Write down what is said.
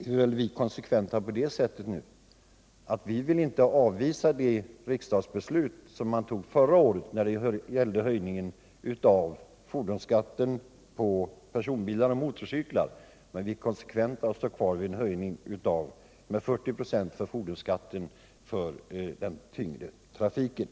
Vi är också konsekventa på det sättet att vi inte vill avvisa det riksdagsbeslut som fattades förra året när det gällde höjningen av fordonsskatten för personbilar och motorcyklar, utan vi står fast vid en höjning med 40 96 av fordonsskatten för den tyngre trafiken.